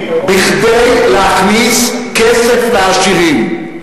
מס לעניים, כדי להכניס כסף לעשירים.